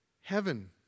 Heaven